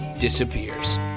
disappears